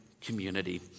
community